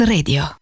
Radio